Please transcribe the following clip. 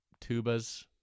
tubas